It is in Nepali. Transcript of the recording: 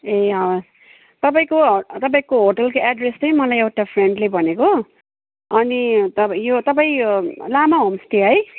ए हवस् तपाईँको तपाईँको होटेलको एड्रेस चाहिँ मलाई एउटा फ्रेन्डले भनेको अनि तब यो तपाईँ लामा होमस्टे है